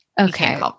okay